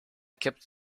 kept